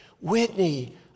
Whitney